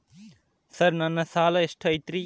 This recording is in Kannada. ಸರ್ ನನ್ನ ಸಾಲಾ ಎಷ್ಟು ಐತ್ರಿ?